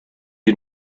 you